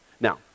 Now